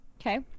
okay